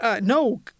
No